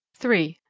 three.